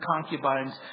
concubines